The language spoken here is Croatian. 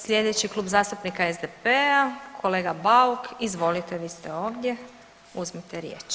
Slijedeći Klub zastupnika SDP-a, kolega Bauk, izvolite vi ste ovdje, uzmite riječ.